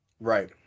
right